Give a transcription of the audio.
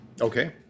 Okay